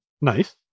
nice